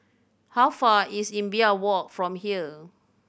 how far is Imbiah Walk from here